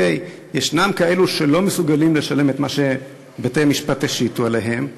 יש כאלה שלא מסוגלים לשלם את מה שבתי-המשפט השיתו עליהם,